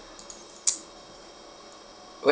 what